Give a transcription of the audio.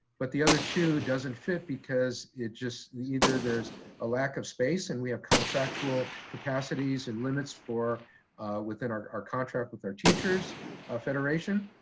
but the other two doesn't fit because it just either there's a lack of space and we have contractual capacities and limits for within our our contract with our teachers, our ah federation.